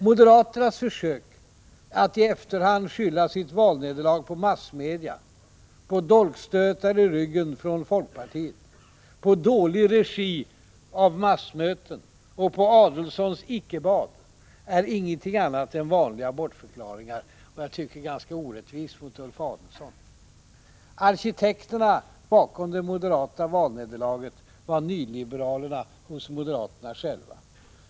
Moderaternas försök att i efterhand skylla sitt valnederlag på massmedia, på dolkstötar i ryggen från folkpartiet, på dålig regi av massmöten och på Adelsohns icke-bad är ingenting annat än vanliga bortförklaringar — jag tycker det var ganska orättvist mot Ulf Adelsohn. Arkitekterna bakom det moderata valnederlaget var nyliberalerna hos moderaterna själva.